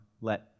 let